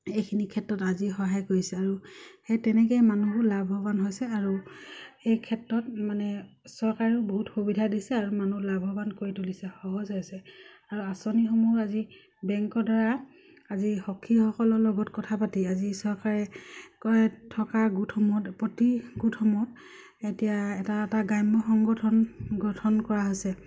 এইখিনি ক্ষেত্ৰত আজি সহায় কৰিছে আৰু সেই তেনেকেই মানুহো লাভৱান হৈছে আৰু সেই ক্ষেত্ৰত মানে চৰকাৰেও বহুত সুবিধা দিছে আৰু মানুহ লাভৱান কৰি তুলিছে সহজ হৈছে আৰু আঁচনিসমূহ আজি বেংকৰদ্বাৰা আজি সখীসকলৰ লগত কথা পাতি আজি চৰকাৰে গোটসমূহত প্ৰতি গোটসমূহত এতিয়া এটা এটা গ্ৰাম্য সংগঠন গঠন কৰা হৈছে